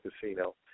casino